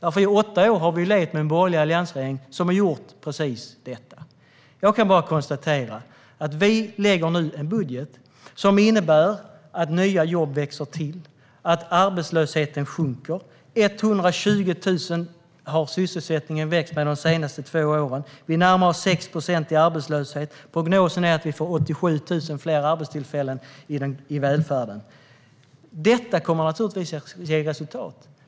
Under åtta år har vi levt med en borgerlig alliansregering som har gjort precis detta. Jag kan bara konstatera att vi nu har lagt fram en budget som innebär att nya jobb växer till och att arbetslösheten minskar. Sysselsättningen har ökat med 120 000 de senaste två åren, vi närmar oss 6 procents arbetslöshet och prognosen är att vi får 87 000 fler arbetstillfällen i välfärden. Detta kommer naturligtvis att ge resultat.